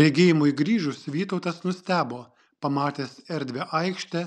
regėjimui grįžus vytautas nustebo pamatęs erdvią aikštę